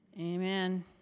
Amen